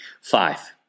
Five